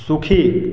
সুখী